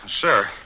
Sir